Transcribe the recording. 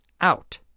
out